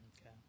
Okay